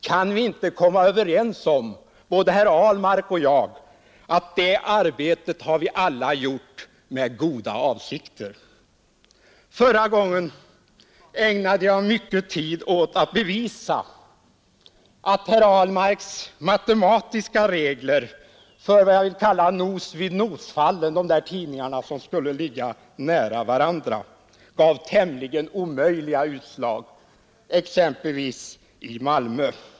Kan vi inte komma överens om, herr Ahlmark, att vi alla har gjort det arbetet med goda avsikter? Förra året ägnade jag mycken tid åt att bevisa att herr Ahlmarks matematiska regler för vad vi kallar nos-vid-nos-fallen — alltså tidningar som ligger nära varandra i konkurrenshänseende — gav tämligen omöjliga utslag, exempelvis i Malmö.